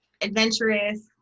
adventurous